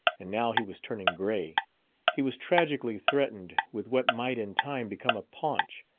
and now he was turning gray he was tragically threatened with what might in time become a paunch.